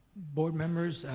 board members,